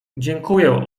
dziękuję